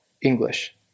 English